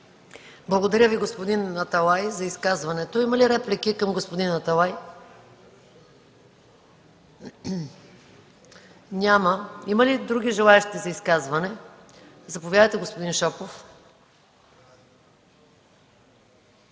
Благодаря Ви, господин Аталай, за изказването. Има ли реплики към господин Аталай? Няма. Други желаещи за изказване? Заповядайте, господин Шопов.